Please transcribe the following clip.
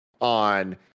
on